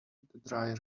dry